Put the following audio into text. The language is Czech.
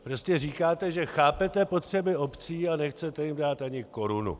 Prostě říkáte, že chápete potřeby obcí, a nechcete jim dát ani korunu.